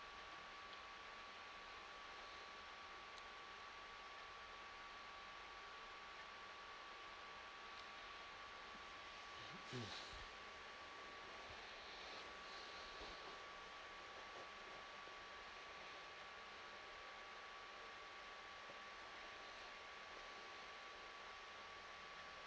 mm